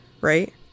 right